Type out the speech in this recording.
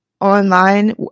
online